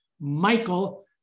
Michael